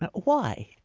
why